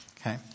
Okay